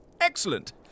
Excellent